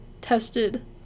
tested